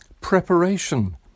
preparation